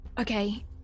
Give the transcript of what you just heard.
Okay